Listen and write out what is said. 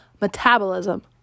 Metabolism